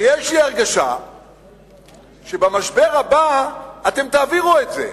שיש לי הרגשה שבמשבר הבא אתם תעבירו את זה.